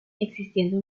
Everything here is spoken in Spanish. existiendo